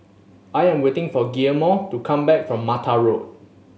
I am waiting for Guillermo to come back from Mata Road